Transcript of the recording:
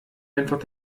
einfach